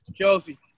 Kelsey